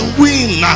win